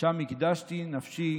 שם הקדשתי נפשי